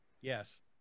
Yes